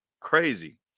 Crazy